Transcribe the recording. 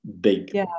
Big